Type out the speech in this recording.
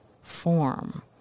form